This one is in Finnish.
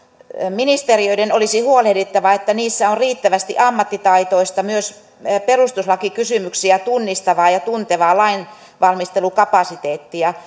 ministeriöiden olisi huolehdittava että niissä on riittävästi ammattitaitoista myös perustuslakikysymyksiä tunnistavaa ja ja tuntevaa lainvalmistelukapasiteettia